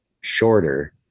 shorter